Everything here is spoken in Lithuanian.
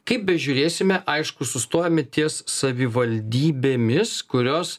kaip bežiūrėsime aišku sustojame ties savivaldybėmis kurios